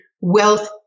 wealth